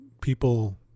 people